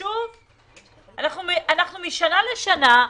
משנה לשנה,